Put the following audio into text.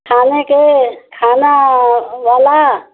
खाने के खाना वाला